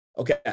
Okay